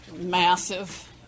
massive